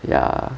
ya